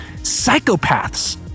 Psychopaths